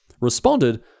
responded